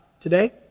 today